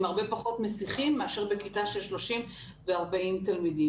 הרבה פחות מסיחים מאשר בכיתה של 30 ו-40 תלמידים.